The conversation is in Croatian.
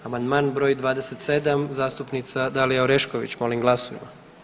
Amandman br. 27. zastupnica Dalija Orešković, molim glasujmo.